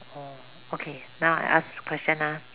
oh okay now I ask question lah